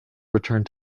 returned